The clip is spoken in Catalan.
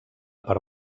per